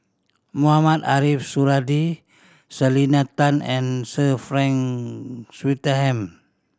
Mohamed Ariff Suradi Selena Tan and Sir Frank Swettenham